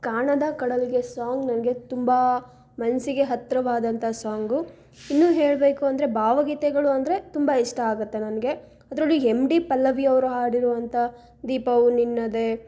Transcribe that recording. ಕಾಣದಾ ಕಡಲಿಗೆ ಸಾಂಗ್ ನನಗೆ ತುಂಬ ಮನಸ್ಸಿಗೆ ಹತ್ತಿರವಾದಂಥ ಸಾಂಗು ಇನ್ನು ಹೇಳಬೇಕು ಅಂದರೆ ಭಾವಗೀತೆಗಳು ಅಂದರೆ ತುಂಬ ಇಷ್ಟ ಆಗುತ್ತೆ ನನಗೆ ಅದರಲ್ಲೂ ಎಮ್ ಡಿ ಪಲ್ಲವಿಯವರು ಹಾಡಿರುವಂಥ ದೀಪವು ನಿನ್ನದೇ